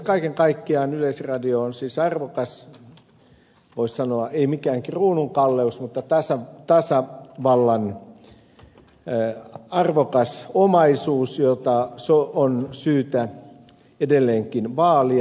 kaiken kaikkiaan yleisradio on siis arvokas voisi sanoa ei mikään kruunun kalleus mutta tasavallan arvokas omaisuus jota on syytä edelleenkin vaalia